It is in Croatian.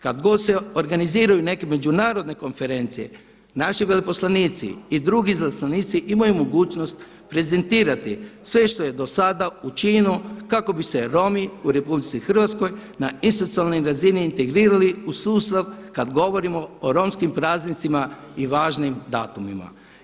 Kada god se organiziraju neke međunarodne konferencije naši veleposlanici i drugi izaslanici imaju mogućnost prezentirati sve što je do sada učinjeno kako bi se Romi u RH na institucionalnoj razini integrirali u sustav kada govorimo o romskim praznicima i važnim datumima.